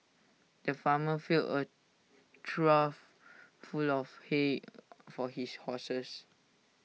the farmer filled A trough full of hay for his horses